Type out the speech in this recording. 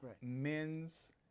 Men's